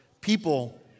People